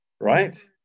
right